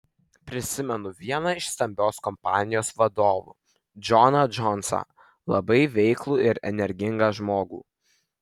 prisimenu vieną iš stambios kompanijos vadovų džoną džonsą labai veiklų ir energingą žmogų